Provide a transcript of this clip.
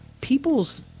people's